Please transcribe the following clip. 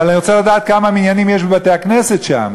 אבל אני רוצה לדעת כמה מניינים יש בבתי-הכנסת שם,